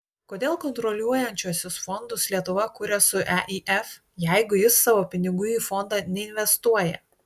kodėl kontroliuojančiuosius fondus lietuva kuria su eif jeigu jis savo pinigų į fondą neinvestuoja